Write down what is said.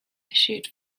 issued